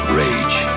rage